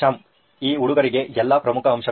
ಶ್ಯಾಮ್ ಈ ಹುಡುಗರಿಗೆ ಎಲ್ಲಾ ಪ್ರಮುಖ ಅಂಶಗಳು